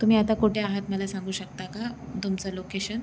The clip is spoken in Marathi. तुम्ही आता कुठे आहात मला सांगू शकता का तुमचं लोकेशन